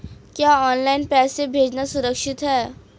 क्या ऑनलाइन पैसे भेजना सुरक्षित है?